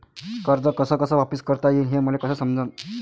कर्ज कस कस वापिस करता येईन, हे मले कस समजनं?